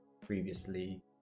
previously